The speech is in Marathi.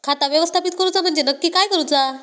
खाता व्यवस्थापित करूचा म्हणजे नक्की काय करूचा?